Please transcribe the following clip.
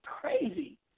crazy